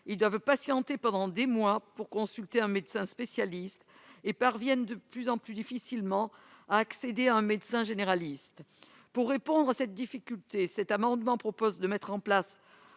ils doivent patienter pendant des mois avant de consulter un médecin spécialiste et parviennent de plus en plus difficilement à accéder à un médecin généraliste. Pour répondre à cette difficulté, le présent amendement vise à mettre en place